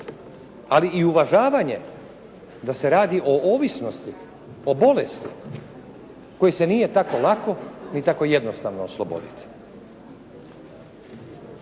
Ali i uvažavanje da se radi o ovisnosti, o bolesti koje se nije tako lako ni tako jednostavno osloboditi.